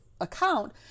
account